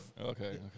Okay